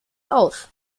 aus